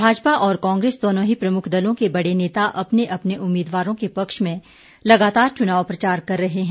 भाजपा और कांग्रेस दोनों ही प्रमुख दलों के बड़े नेता अपने अपने उम्मीदवारों के पक्ष में लगातार चुनाव प्रचार कर रहे हैं